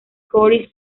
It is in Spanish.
scotty